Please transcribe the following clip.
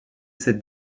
cette